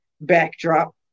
backdrop